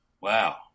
wow